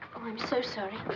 i'm so sorry.